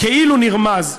כאילו נרמז,